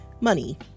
money